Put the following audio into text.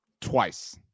Twice